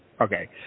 Okay